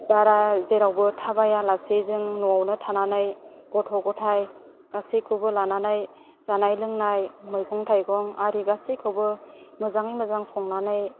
बारा जेरावबो थाबायालासे जों न'वावनो थानानै गथ' गथाय गासैखौबो लानानै जानाय लोंनाय मैगं थाइगं आरि गासैखौबो मोजाङै मोजां संनानै